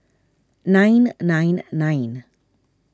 nine nine nine